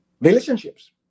Relationships